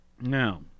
Now